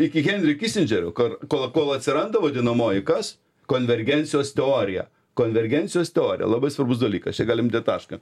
iki henrio kisindžerio kur kol kol atsiranda vadinamoji kas konvergencijos teorija konvergencijos teorija labai svarbus dalykas čia galim dėt tašką